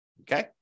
Okay